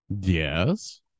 Yes